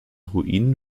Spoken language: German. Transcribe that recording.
ruine